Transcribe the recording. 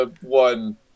one